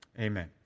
Amen